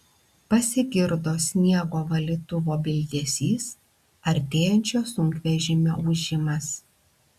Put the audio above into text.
pasigirdo sniego valytuvo bildesys artėjančio sunkvežimio ūžimas